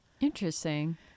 Interesting